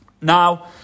Now